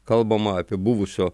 kalbama apie buvusio